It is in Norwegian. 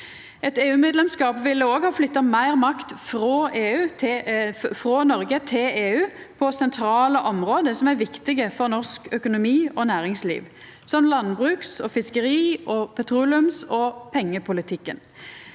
Eit EU-medlemskap ville òg ha flytta meir makt frå Noreg til EU på sentrale område som er viktige for norsk økonomi og næringsliv, som landbruks-, fiskeri-, petroleums- og pengepolitikken.